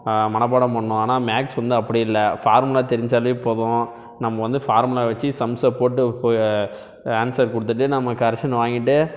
மனப்பாடம் பண்ணணும் ஆனால் மேக்ஸ் வந்து அப்படி இல்லை ஃபார்முலா தெரிஞ்சாலே போதும் நம்ம வந்து ஃபார்முலா வச்சு சம்ஸ்சை போட்டு ஆன்சர் கொடுத்துட்டு நம்ம கரெக்ஷன் வாங்கிட்டு